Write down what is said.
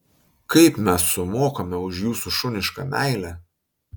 kaip mes sumokame už jūsų šunišką meilę